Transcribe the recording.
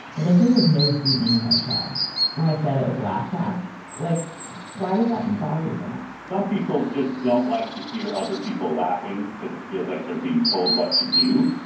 but they say there's no sweetening in their show when i said it was a laugh track, like why does that bother you so much? some people just don't like to hear other people laughing because it feels like they're being told what to do.